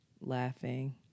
laughing